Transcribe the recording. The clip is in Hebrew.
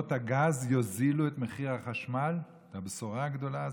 את הבשורה הגדולה הזאת?